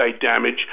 damage